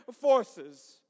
forces